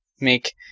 make